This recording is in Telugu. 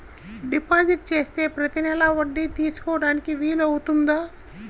డిపాజిట్ చేస్తే ప్రతి నెల వడ్డీ తీసుకోవడానికి వీలు అవుతుందా?